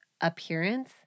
appearance